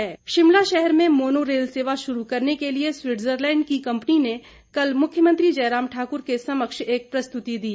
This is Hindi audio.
मोनोरेल शिमला शहर में मोनो रेल सेवा शुरू करने के लिए स्विटजरलैंड की कंपनी ने कल मुख्यमंत्री जयराम ठाकुर के समक्ष एक प्रस्तुति दी